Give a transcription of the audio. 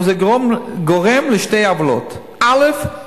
אבל זה גורם לשתי עוולות: א.